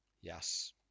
Yes